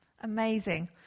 Amazing